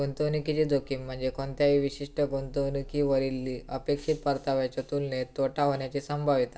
गुंतवणुकीची जोखीम म्हणजे कोणत्याही विशिष्ट गुंतवणुकीवरली अपेक्षित परताव्याच्यो तुलनेत तोटा होण्याची संभाव्यता